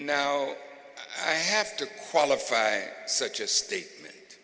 now i have to qualify such a statement